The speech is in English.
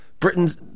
Britain's